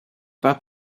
pas